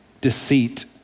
deceit